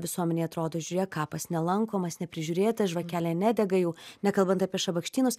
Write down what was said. visuomenei atrodo žiūrėk kapas nelankomas neprižiūrėta žvakelė nedega jau nekalbant apie šabakštynus